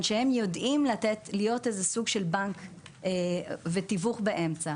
שהם יודעים להיות סוג של בנק ותיווך באמצע.